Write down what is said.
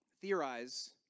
theorize